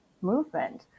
movement